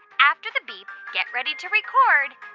after the beep, get ready to record